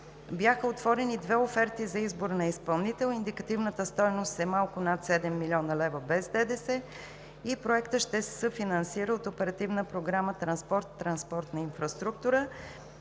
бяха отворени две оферти за избор на изпълнител. Индикативната стойност е малко над 7 млн. лв. без ДДС и проектът ще се съфинансира от Оперативна програма „Транспорт и транспортна инфраструктура“.